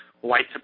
white